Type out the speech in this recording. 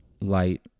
light